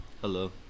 Hello